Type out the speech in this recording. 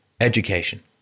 education